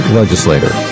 legislator